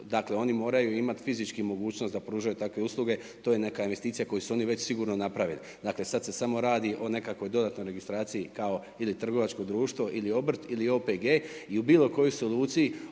dakle, oni moraju imati fizički mogućnost da pružaju takve usluge, to je investicija koju su oni već sigurno napravili. Dakle, sada se samo radi o nekakvoj dodatnoj registraciji kao ili trgovačko društvo ili obrt ili OPG i u bilo kojoj soluciji